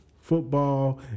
Football